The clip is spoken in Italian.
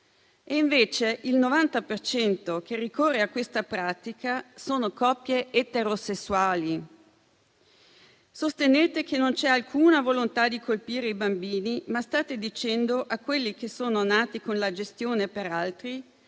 di coloro che ricorre a questa pratica sono coppie eterosessuali. Sostenete che non c'è alcuna volontà di colpire i bambini, ma state dicendo a quelli che sono nati con la gestazione per altri